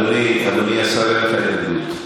אדוני השר, אין לך התנגדות?